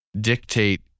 dictate